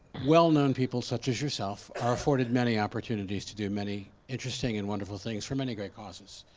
well-known people such as yourself are afforded many opportunities to do many interesting and wonderful things for many great causes.